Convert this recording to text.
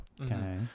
Okay